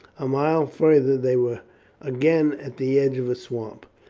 a mile farther they were again at the edge of a swamp.